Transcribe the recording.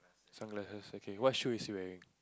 sunglasses okay what shoe is he wearing